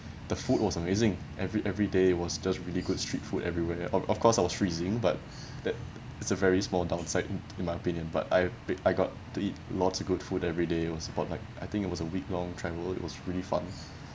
the food was amazing every every day was just really good street food everywhere of of course I was freezing but that is a very small downside in in my opinion but I've I got to eat lots of good food everyday it was about like I think it was a week long travel it was really fun